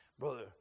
Brother